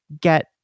get